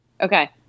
Okay